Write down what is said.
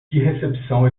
recepção